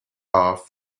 off